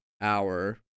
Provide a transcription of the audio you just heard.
hour